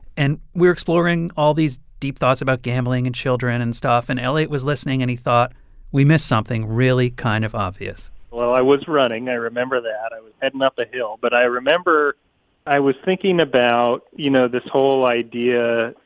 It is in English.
and we're all these deep thoughts about gambling and children and stuff. and elliot was listening, and he thought we missed something really kind of obvious well, i was running. i remember that. i was heading up a hill. but i remember i was thinking about, you know, this whole idea,